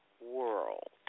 World